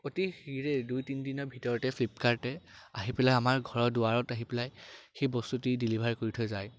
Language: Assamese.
অতি শীঘ্ৰে দুই তিনিদিনৰ ভিতৰতে ফ্লিপকাৰ্টে আহি পেলাই আমাৰ ঘৰৰ দুৱাৰত আহি পেলাই সেই বস্তুটি ডেলিভাৰ কৰি থৈ যায়